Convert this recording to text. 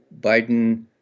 Biden